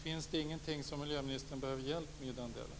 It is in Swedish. Finns det ingenting som miljöministern behöver hjälp med i den delen?